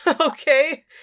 Okay